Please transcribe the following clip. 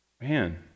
Man